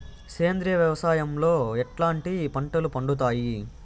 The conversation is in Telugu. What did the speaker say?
సేంద్రియ వ్యవసాయం లో ఎట్లాంటి పంటలు పండుతాయి